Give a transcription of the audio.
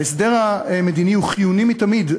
ההסדר המדיני הוא חיוני מתמיד,